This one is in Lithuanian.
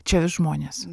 čia žmonės